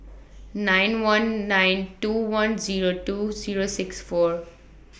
nine one nine two one Zero two Zero six four